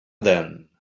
then